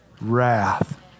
wrath